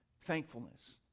thankfulness